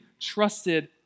trusted